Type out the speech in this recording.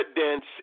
evidence